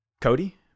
Cody